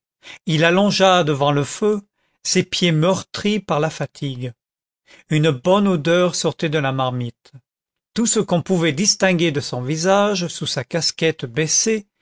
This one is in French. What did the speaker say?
il allongea devant le feu ses pieds meurtris par la fatigue une bonne odeur sortait de la marmite tout ce qu'on pouvait distinguer de son visage sous sa casquette baissée